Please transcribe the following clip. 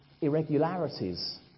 irregularities